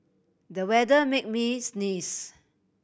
the weather made me sneeze